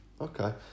okay